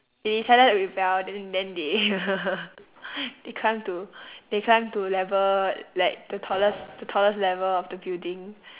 they decided to rebel then then they they climbed to they climbed to level like the tallest the tallest level of the building